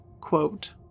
quote